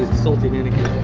salting it.